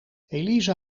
elise